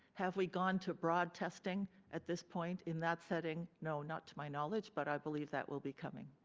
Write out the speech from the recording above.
have we gone to broad testing at this point in that setting? no, not to my knowledge, but i believe that will be coming.